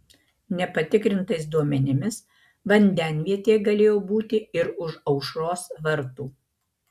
nepatikrintais duomenimis vandenvietė galėjo būti ir už aušros vartų